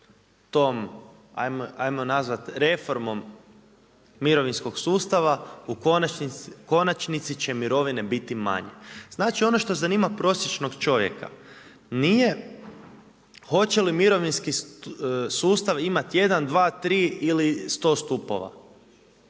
tom ajmo nazvat reformom mirovinskog sustava, u konačnici će mirovine biti manje. Znači ono što zanima prosječnog čovjeka, nije hoće li mirovinski sustav imati 1,2,3 ili sto stupova.